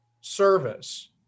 service